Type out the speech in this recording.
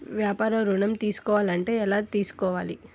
వ్యాపార ఋణం తీసుకోవాలంటే ఎలా తీసుకోవాలా?